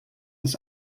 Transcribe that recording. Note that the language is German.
ist